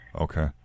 Okay